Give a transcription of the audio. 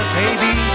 baby